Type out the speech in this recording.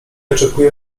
oczekuje